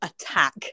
attack